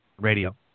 Radio